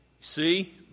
See